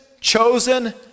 chosen